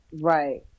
Right